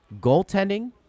Goaltending